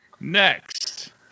Next